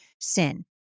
sin